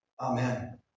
Amen